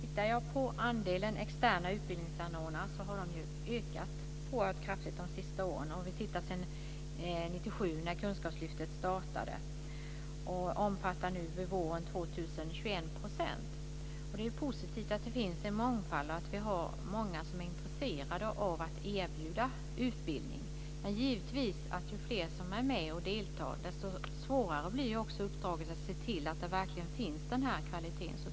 Herr talman! Andelen externa utbildningsanordnare har ökat oerhört kraftigt de senaste åren, särskilt efter 1997 då Kunskapslyftet startade. Våren 2000 omfattade de 21 %. Det är positivt att det finns en mångfald och att många är intresserade av att erbjuda utbildning. Men ju fler som är med och deltar, desto svårare blir givetvis uppdraget att se till att den här kvaliteten verkligen finns.